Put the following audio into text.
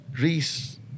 reese